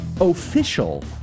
official